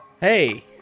Hey